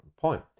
point